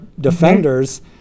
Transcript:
defenders